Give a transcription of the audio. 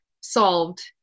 solved